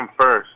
first